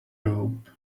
rope